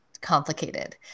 complicated